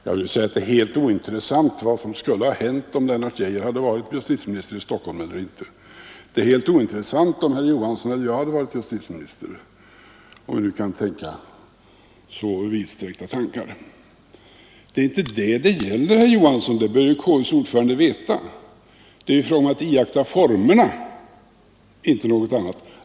Jag vill säga att det är helt ointressant vad som skulle ha hänt om Lennart Geijer hade varit i Stockholm. Det är helt ointressant om herr Johansson i Trollhättan eller jag hade varit justitieminister— om vi nu kan tänka så vidsträckta tankar. Det är inte det frågan gäller, herr Johansson, det bör ju KU:s ordförande veta. Det är fråga om att iaktta formerna, inte något annat.